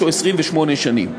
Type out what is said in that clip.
ל-25 או 28 שנים.